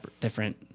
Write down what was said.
different